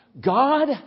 God